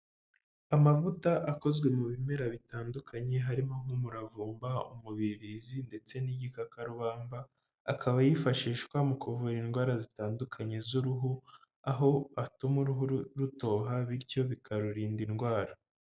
Amavuta akozwe mu bimera bitandukanye, harimo nk'umuravumba, umubirizi ndetse n'igikakarubamba, akaba yifashishwa mu kuvura indwara zitandukanye z'uruhu, aho atuma uruhu rutoha, bityo bikarurinda indwara.